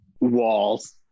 Walls